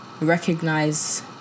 recognize